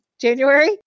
January